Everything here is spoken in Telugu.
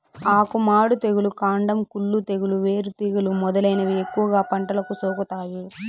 ఆకు మాడు తెగులు, కాండం కుళ్ళు తెగులు, వేరు తెగులు మొదలైనవి ఎక్కువగా పంటలకు సోకుతాయి